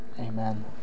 Amen